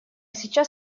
сейчас